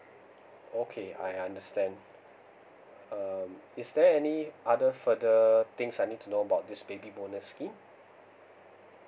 okay I understand uh is there any other further things I need to know about these baby bonus scheme